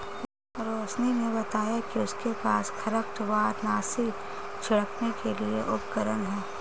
रोशिनी ने बताया कि उसके पास खरपतवारनाशी छिड़कने के लिए उपकरण है